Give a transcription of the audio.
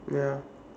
ya